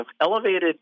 elevated